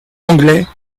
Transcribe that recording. anglais